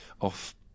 off